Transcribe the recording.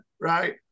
right